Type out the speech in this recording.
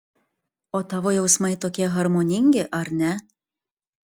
o tavo jausmai tokie harmoningi ar ne